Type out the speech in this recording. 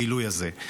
הגילוי הזה.